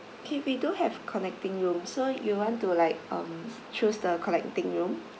okay we do have connecting room so you want to like um choose the connecting room